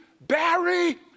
Barry